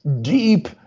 deep